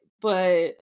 but-